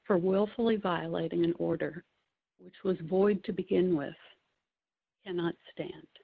for willfully violating an order which was void to begin with and not stand